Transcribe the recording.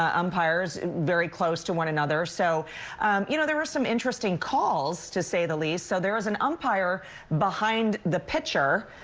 umpires are very close to one another. so you know there were some interesting calls, to say the least, so there was an umpire behind the pitcher.